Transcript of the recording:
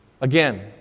Again